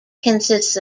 consists